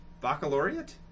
Baccalaureate